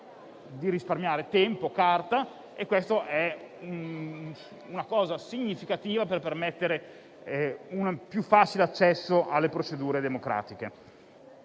di risparmiare tempo e carta e ciò è significativo per permettere un più facile accesso alle procedure democratiche.